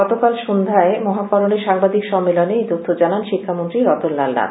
গতকাল সন্ধ্যায় মহাকরনে সাংবাদিক সম্মেলনে এই তথ্য জানান শিক্ষামন্ত্রী রতনলাল নাথ